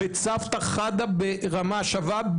בצוותא חדא ברמה שווה,